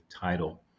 title